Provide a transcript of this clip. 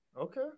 okay